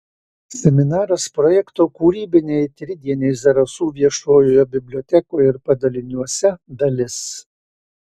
seminaras projekto kūrybiniai tridieniai zarasų viešojoje bibliotekoje ir padaliniuose dalis